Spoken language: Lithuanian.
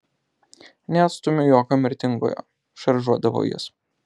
neatstumiu jokio mirtingojo šaržuodavo jis